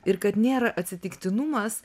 ir kad nėra atsitiktinumas